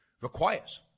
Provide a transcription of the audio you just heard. requires